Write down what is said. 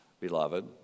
beloved